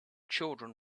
children